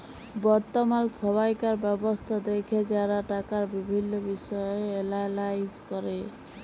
বর্তমাল সময়কার ব্যবস্থা দ্যাখে যারা টাকার বিভিল্ল্য বিষয় এলালাইজ ক্যরে